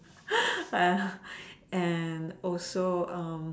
and also